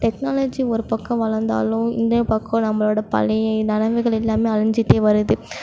technology ஒரு பக்கம் வளர்ந்தாலும் இந்த பக்கம் நம்மளோட பழைய நிலமைகள் எல்லாமே அழிஞ்சிகிட்டே வருது